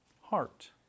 heart